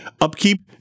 Upkeep